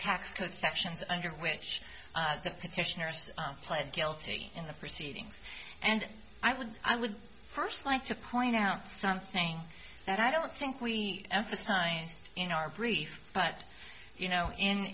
tax code sections under which the petitioners pled guilty in the proceedings and i would i would first like to point out something that i don't think we emphasized in our brief but you know in